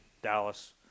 Dallas